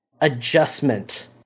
adjustment